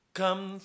come